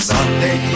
Sunday